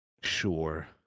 sure